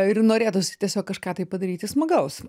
ir norėtųsi tiesiog kažką tai padaryti smagaus